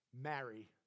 Marry